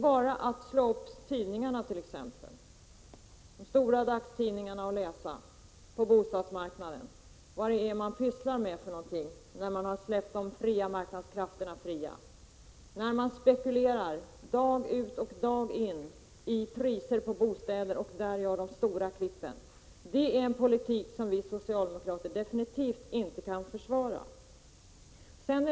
Vi kan slå upp de stora dagstidningarna och läsa om vad man sysslar med på bostadsmarknaden sedan marknadskrafterna har släppts fria. Dag och ut dag in spekulerar man i bostadspriserna och gör stora klipp. Det är en politik som vi socialdemokrater definitivt inte kan försvara.